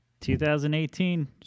2018